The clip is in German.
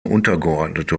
untergeordnete